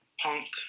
punk